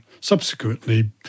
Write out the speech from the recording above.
subsequently